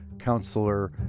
counselor